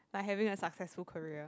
like having a successful career